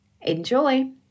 Enjoy